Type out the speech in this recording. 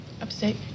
Upstate